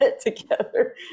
together